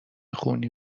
خونی